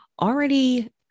already